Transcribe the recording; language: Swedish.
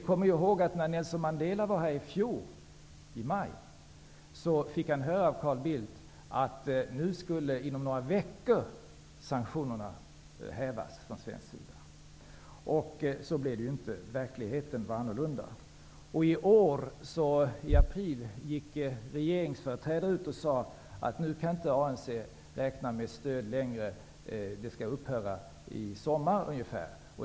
Kom ihåg att när Nelson Mandela var här i maj i fjol sade Carl Bildt att sanktionerna från svensk sida skulle hävas inom några veckor. Så blev det ju inte. Verkligheten var annorlunda. I april i år sade regeringsföreträdare att ANC nu inte kunde räkna med stöd längre och att det skulle upphöra någon gång i sommar.